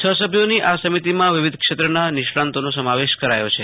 છ સભ્યોની આ સમિતિમાં વિવિધ ક્ષેત્રના નિષ્ણાતોનો સમાવેશ કરાયો છે